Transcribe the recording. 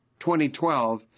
2012